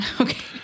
Okay